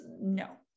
no